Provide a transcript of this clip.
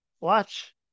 watch